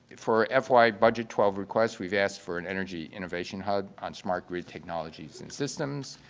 for fy budget twelve requests, we've asked for an energy innovation hud on smart grid technologies and systems.